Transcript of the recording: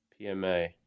pma